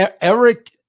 Eric